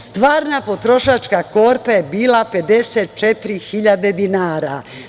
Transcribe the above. Stvarna potrošačka korpa je bila 54.000 dinara.